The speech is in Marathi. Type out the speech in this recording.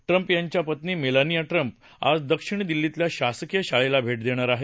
ट्रम्प यांच्या पत्नी मेलानिया ट्रम्प आज दक्षिण दिल्लीतल्या शासकीय शाळेला भेट देणार आहेत